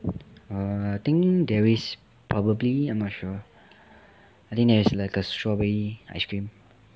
ah I think there is probably I'm not sure I think there is like a strawberry ice cream